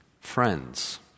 Friends